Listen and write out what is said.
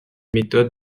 méthode